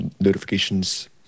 notifications